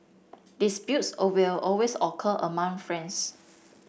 disputes will always occur among friends